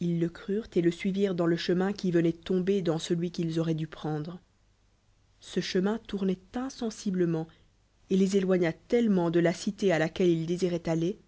ils le crurent et le suivirent dans y le chemin qui venoit tomber dans t celui qu'ils auraient dû prendre ce p chemin tournoit insensiblement et les éloigna tellement de la cité à laquelle ils désiroient aller